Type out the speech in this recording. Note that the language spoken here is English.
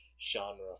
genre